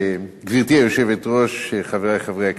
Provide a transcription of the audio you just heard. גברתי היושבת-ראש, חברי חברי הכנסת,